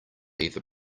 either